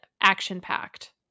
action-packed